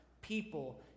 people